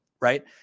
right